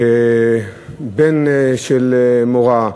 כבן של מורה,